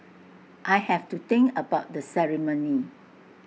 I have to think about the ceremony